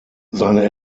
seine